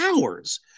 hours